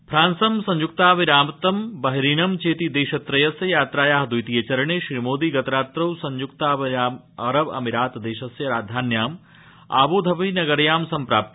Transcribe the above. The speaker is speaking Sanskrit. फ्रांस संयुक्तारबामीरात बहरीन चेति देशत्रयस्य यात्राया द्वितीये चरणे श्रीमोदी गतरात्रौ संयुक्तारबामीरातस्य राजधान्यां आबुधाबी नगयाँ सम्प्राप्त